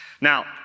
Now